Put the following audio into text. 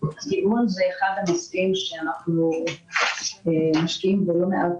גיוון הוא אחד הנושאים שאנחנו משקיעים בו לא מעט,